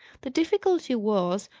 the difficulty was,